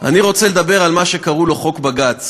אני רוצה לדבר על מה שקראו לו "חוק בג"ץ".